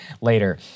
later